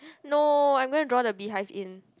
no I am going to draw the beehive in